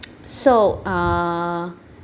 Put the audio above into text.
so uh